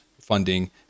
funding